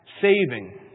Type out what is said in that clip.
Saving